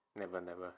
never never